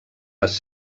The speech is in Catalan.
les